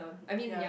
ya